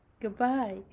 Goodbye